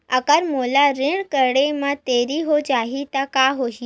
अगर मोला ऋण करे म देरी हो जाहि त का होही?